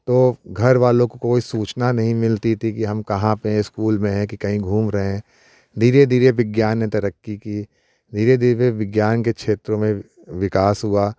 तो घर वालों को कोई सूचना नहीं मिलती थी कि हम कहाँ पर स्कूल में हैं कि कहीं घूम रहे हैं धीरे धीरे विज्ञान ने तरक्की की धीरे धीरे विज्ञान के क्षेत्रों में विकास हुआ